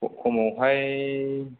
खमावहाय